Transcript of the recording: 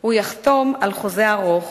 הוא יחתום על חוזה ארוך,